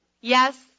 Yes